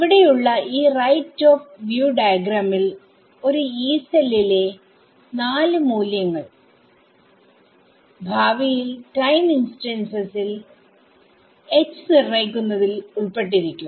ഇവിടെയുള്ള ഈ right top view ഡൈഗ്രാമിൽ ഒരു Yee സെല്ലിലെ4 മൂല്യങ്ങൾഭാവിയിൽ ടൈം ഇൻസ്റ്റൻസിൽH നിർണ്ണയിക്കുന്നതിൽ ഉൾപ്പെട്ടിരിക്കും